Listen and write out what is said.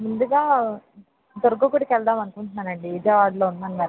ముందుగా దుర్గ గుడికి వెళ్దాం అనుకుంటున్నానండి ఇదే దారిలో ఉందన్నారు కదా